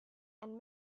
and